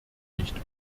nicht